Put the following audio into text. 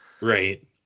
Right